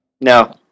no